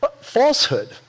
falsehood